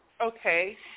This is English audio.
Okay